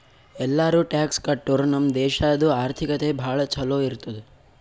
ಎಲ್ಲಾರೂ ಟ್ಯಾಕ್ಸ್ ಕಟ್ಟುರ್ ನಮ್ ದೇಶಾದು ಆರ್ಥಿಕತೆ ಭಾಳ ಛಲೋ ಇರ್ತುದ್